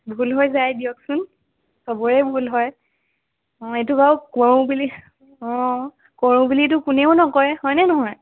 ভুল হৈ যায় দিয়কচোন চবৰে ভুল হয় অঁ এইটো বাৰু কৰোঁ বুলি অঁ কৰোঁ বুলিতো কোনেও নকৰে হয় নে নহয়